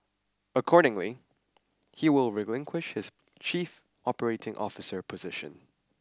accordingly he will relinquish his chief operating officer position